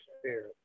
spirit